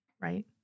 Right